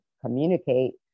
communicate